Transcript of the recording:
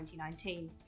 2019